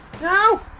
No